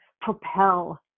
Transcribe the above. propel